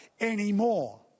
anymore